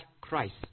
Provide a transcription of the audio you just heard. Christ